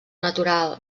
natural